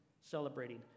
celebrating